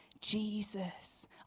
Jesus